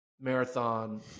marathon